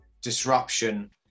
disruption